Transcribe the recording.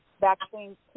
vaccines